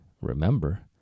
remember